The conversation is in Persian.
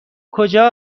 کجا